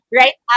right